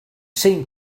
seem